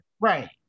Right